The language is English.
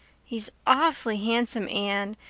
he's aw'fly handsome, anne.